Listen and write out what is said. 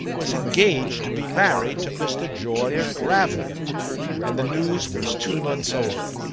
was engaged to be married to mr. george gravener and the news was two months old.